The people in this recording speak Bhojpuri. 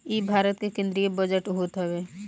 इ भारत के केंद्रीय बजट होत हवे